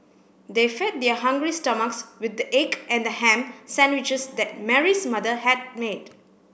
they fed their hungry stomachs with the egg and ham sandwiches that Mary's mother had made